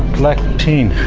black tin.